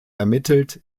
ermittelt